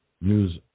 news